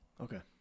Okay